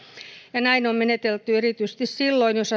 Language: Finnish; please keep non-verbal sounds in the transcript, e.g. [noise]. ja näin on menetelty erityisesti silloin jos [unintelligible]